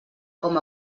com